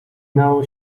nało